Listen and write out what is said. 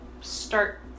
start